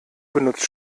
benutzt